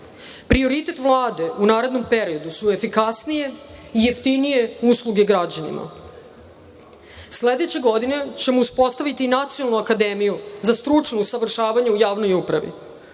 Prioritet Vlade u narednom periodu su efikasnije i jeftinije usluge građanima. Sledeće godine ćemo uspostaviti i nacionalnu akademiju za stručno usavršavanje u javnoj upravi.